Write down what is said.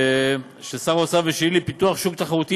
של שר האוצר ושלי לפיתוח שוק תחרותי